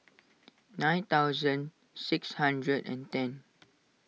nine thousand six hundred and ten